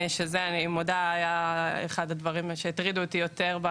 שזה היה אחד הדברים שהטרידו אותי יותר.